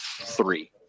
three